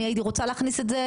אני הייתי רוצה להכניס את זה